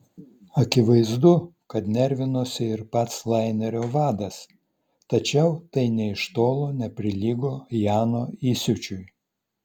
akivaizdu kad nervinosi ir pats lainerio vadas tačiau tai nė iš tolo neprilygo jano įsiūčiui